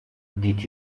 dit